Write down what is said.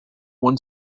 won